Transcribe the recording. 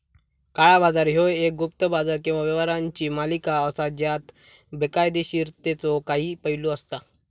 काळा बाजार ह्यो एक गुप्त बाजार किंवा व्यवहारांची मालिका असा ज्यात बेकायदोशीरतेचो काही पैलू असता